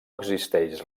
existeix